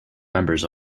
members